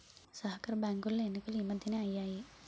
సహకార బ్యాంకులో ఎన్నికలు ఈ మధ్యనే అయ్యాయి